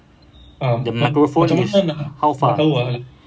the microphone is how far